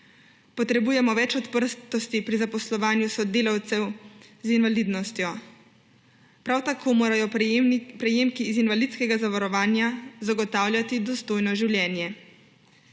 Potrebujemo več odprtosti pri zaposlovanju sodelavcev z invalidnostjo. Prav tako morajo prejemki iz invalidskega zavarovanja zagotavljati dostojno življenje.